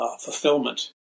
fulfillment